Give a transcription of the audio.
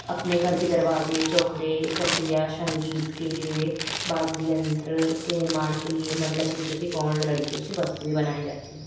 अपने घर के दरवाज़े चोखड़े चोखड़ियाँ सँगीत के लिए वाद्य यंत्र के निर्माण के लिए मंडला क्षेत्र के गोंड लड़कियों से वस्तुएं बनाई जाती है